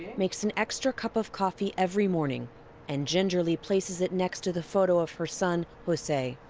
makes an extra cup of coffee every morning and gingerly places it next to the photo of her son jose.